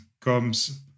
comes